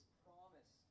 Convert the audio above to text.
promise